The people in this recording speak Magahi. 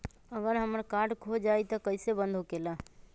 अगर हमर कार्ड खो जाई त इ कईसे बंद होकेला?